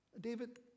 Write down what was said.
David